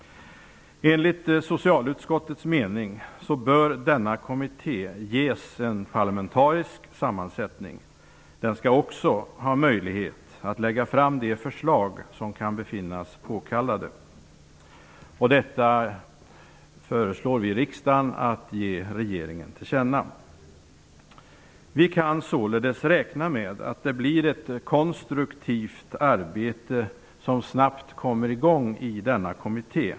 Enligt socialutskottets mening bör denna kommitté ges en parlamentarisk sammansättning. Den skall också ha möjlighet att lägga fram de förslag som kan befinnas påkallade.'' Detta föreslår vi alltså att riksdagen ger regeringen till känna. Vi kan således räkna med att ett konstruktivt arbete snabbt kommer i gång i denna kommitté.